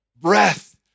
breath